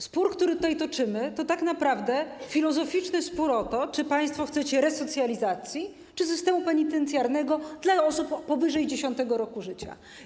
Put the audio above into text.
Spór, który tutaj toczymy, to tak naprawdę filozoficzny spór o to, czy państwo chcecie resocjalizacji czy zestawu penitencjarnego dla osób powyżej 10. roku życia.